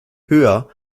höher